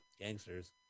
Gangsters